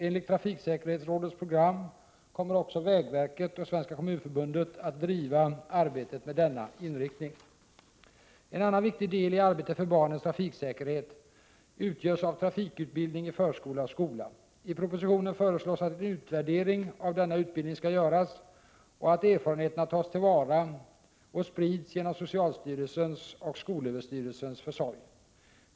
Enligt trafiksäkerhetsrådets program kommer också vägverket och Svenska kommunförbundet att driva arbetet med denna inriktning. En annan viktig del i arbetet för barnens trafiksäkerhet utgörs av trafikutbildning i förskola och skola. I propositionen föreslås att en utvärdering av denna utbildning skall göras och att erfarenheterna tas till vara och sprids genom socialstyrelsens och skolöverstyrelsens försorg.